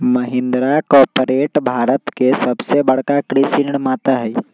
Mahindra corporate Bharat के सबसे बड़का कृषि निर्माता हई